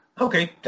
Okay